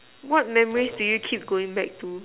what memories do you keep going back to